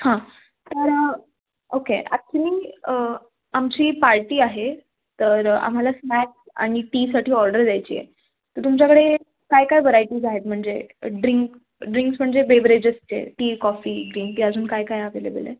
हां तर okay actually आमची पार्टी आहे तर आम्हाला स्नॅक्स आणि टीसाठी ऑर्डर द्यायची आहे तर तुमच्याकडे काय काय व्हरायटीज आहेत म्हणजे ड्रिंक ड्रिंक्स म्हणजे बेवरेजेसचे टी कॉफी ग्रीन टी अजून काय काय अव्हेलेबल आहेत